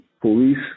police